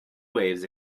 waves